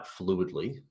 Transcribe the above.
fluidly